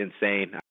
insane